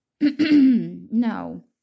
No